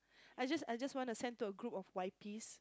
I just I just wanna send to a group of Y_Ps